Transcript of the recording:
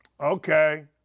Okay